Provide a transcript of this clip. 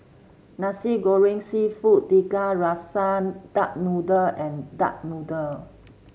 Nasi Goreng seafood Tiga Rasa Duck Noodle and Duck Noodle